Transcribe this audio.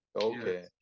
okay